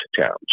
towns